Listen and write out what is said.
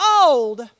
old